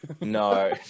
No